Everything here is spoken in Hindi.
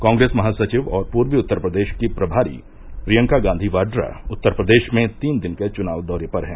कांग्रेस महासचिव और पूर्वी उत्तर प्रदेश की प्रभारी प्रियंका गांधी वाड्रा उत्तरप्रदेश में तीन दिन के चुनाव दौरे पर हैं